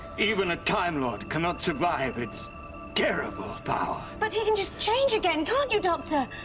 even a time lord cannot survive its terrible power. but he can just change again, can't you doctor!